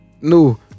No